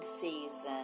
season